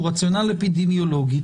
שהוא רציונל אפידמיולוגי,